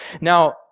Now